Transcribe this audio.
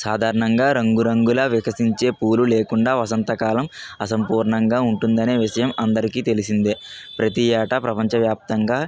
సాధారణంగా రంగురంగుల వికసించే పూలు లేకుండా వసంతకాలం అసంపూర్ణంగా ఉంటుందనే విషయం అందరికీ తెలిసిందే ప్రతీ ఏట ప్రపంచవ్యాప్తంగా